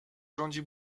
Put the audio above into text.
rządzi